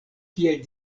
kiel